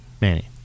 Manny